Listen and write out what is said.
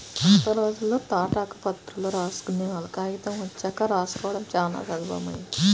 పాతరోజుల్లో తాటాకు ప్రతుల్లో రాసుకునేవాళ్ళు, కాగితం వచ్చాక రాసుకోడం చానా సులభమైంది